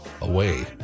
away